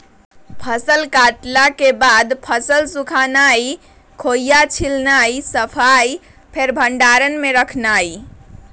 फसल कटला के बाद फसल सुखेनाई, खोइया छिलनाइ, सफाइ, फेर भण्डार में रखनाइ